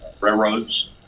railroads